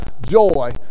joy